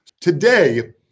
Today